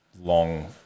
long